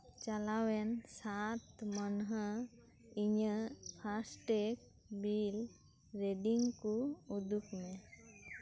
ᱪᱟᱞᱟᱣᱮᱱ ᱥᱟᱛ ᱢᱟᱹᱱᱦᱟ ᱤᱧᱟᱹᱜ ᱯᱷᱟᱥᱴᱮᱠ ᱵᱤᱞ ᱨᱮᱰᱤᱝᱠᱚ ᱩᱫᱩᱜᱽ ᱢᱮ